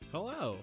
Hello